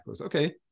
okay